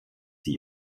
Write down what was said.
die